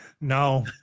no